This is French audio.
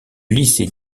lycée